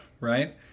right